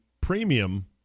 premium